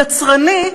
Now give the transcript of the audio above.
יצרני,